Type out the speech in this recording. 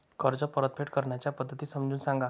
कर्ज परतफेड करण्याच्या पद्धती समजून सांगा